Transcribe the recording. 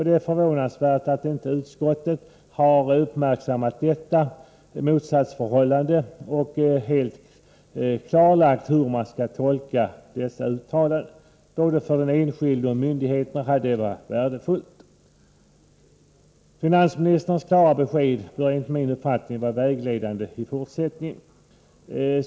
Det är förvånansvärt att inte utskottet har uppmärksammat detta motsatsförhållande och klarlagt hur man skall tolka uttalandena. Både för den enskilde och för myndigheten hade det varit värdefullt. Finansministerns klara besked bör enligt min mening vara vägledande i fortsättningen.